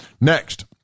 Next